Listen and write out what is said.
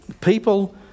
People